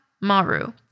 Maru